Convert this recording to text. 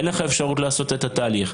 אין לך אפשרות לעשות את התהליך.